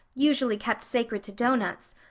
usually kept sacred to doughnuts,